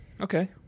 Okay